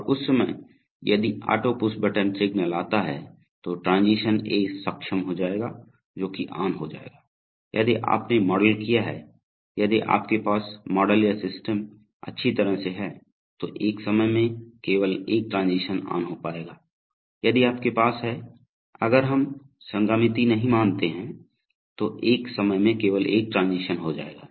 और उस समय यदि ऑटो पुश बटन सिग्नल आता है तो ट्रांजीशन ए सक्षम हो जाएगा जोकि ऑन हो जायेगा यदि आपने मॉडल किया है यदि आपके पास मॉडल या सिस्टम अच्छी तरह से है तो एक समय में केवल एक ट्रांजीशन ऑन हो पायेगा यदि आपके पास है अगर हम संगामिति नहीं मानते हैं तो एक समय में केवल एक ट्रांजीशन हो जाएगा